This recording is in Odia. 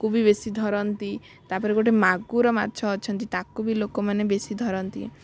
କୁ ବି ବେଶୀ ଧରନ୍ତି ତା'ପରେ ଗୋଟେ ମାଗୁର ମାଛ ଅଛନ୍ତି ତାକୁ ବି ଲୋକୋମାନେ ବେଶୀ ଧରନ୍ତି